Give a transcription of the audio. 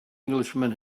englishman